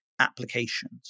applications